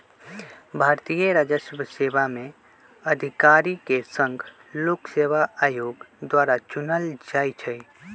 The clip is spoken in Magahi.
भारतीय राजस्व सेवा में अधिकारि के संघ लोक सेवा आयोग द्वारा चुनल जाइ छइ